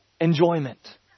enjoyment